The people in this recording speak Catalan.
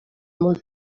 molt